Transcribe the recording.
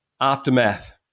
aftermath